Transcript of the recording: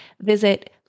Visit